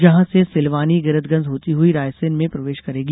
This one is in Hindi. जहां से सिलवानी गैरतगंज होते हुई रायसेन में प्रवेश करेगी